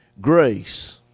Grace